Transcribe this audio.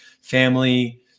family